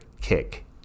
kick